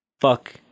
fuck